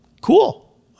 Cool